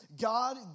God